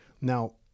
Now